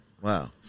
Wow